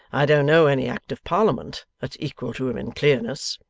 i don't know any act of parliament that's equal to him in clearness